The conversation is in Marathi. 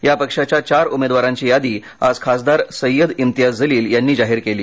या पक्षाच्या चार उमेदवारांची यादी आज खासदार सयद इम्तियाज जलील यांनी जाहीर केली